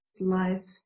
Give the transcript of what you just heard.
life